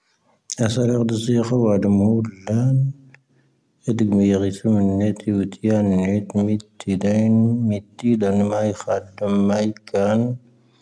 ⴰⵙⴰⵍⴰⵔⴷⵣⴻⴻ ⴽⵡⴰ ⴰⴷⵓⵎooⴷ ⵍⴰⵏ. ⴻⴷⵉⴳ ⵎⴻⵢⵉⵔⵉⵜⵀⵓⵎⵓⵏ ⵏⴻⵜⵉ ⵓⵜⵉ ⴰⵏⵉⵏⵉⵜ ⵎⵉⵜⵉ ⴷⴰⵉⵏ. ⵎⵉⵜⵉ ⴷⴰⵏ ⵎⴰⵉⴽⵀⴰ ⴰⵜⵓⵎ ⵎⴰⵉⴽⵀⴰⵏ.